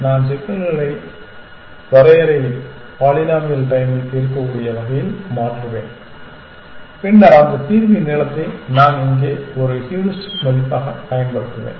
நான் சிக்கல் வரையறையை பாலினாமியல் டைம்மில் தீர்க்கக்கூடிய வகையில் மாற்றுவேன் பின்னர் அந்த தீர்வின் நீளத்தை நான் இங்கே ஒரு ஹூரிஸ்டிக் மதிப்பாகப் பயன்படுத்துவேன்